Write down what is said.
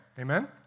Amen